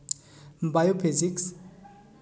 ᱵᱟᱭᱳ physics